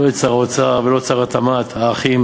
לא את שר האוצר ולא את שר התמ"ת, האחים.